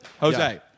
Jose